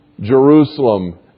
Jerusalem